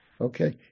Okay